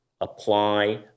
apply